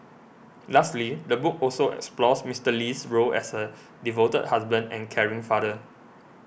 lastly the book also explores Mister Lee's role as a devoted husband and caring father